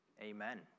amen